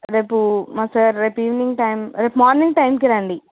రేపు మా సారు రేపు ఈవెనింగ్ టైమ్ రేపు మార్నింగ్ టైముకి రండి